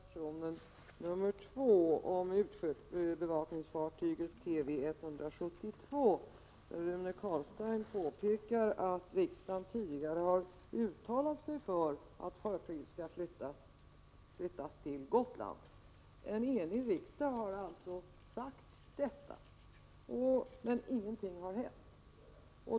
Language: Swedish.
Herr talman! Först, apropå reservation 2 om utsjöbevakningsfartyget Tv 172: Rune Carlstein påpekar att riksdagen tidigare har uttalat sig för att fartyget skall flyttas till Gotland. En enhällig riksdag har alltså uttalat detta, men ingenting har hänt.